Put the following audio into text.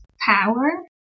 power